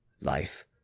life